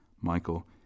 Michael